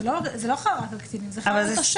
זה לא חל רק על קטינים, זה חל על תושב.